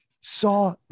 Saw